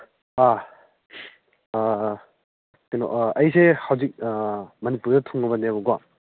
ꯑꯥ ꯀꯩꯅꯣ ꯑꯩꯁꯤ ꯍꯧꯖꯤꯛ ꯃꯅꯤꯄꯨꯔꯗ ꯊꯨꯡꯉꯕꯅꯦꯕꯀꯣ